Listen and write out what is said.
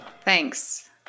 Thanks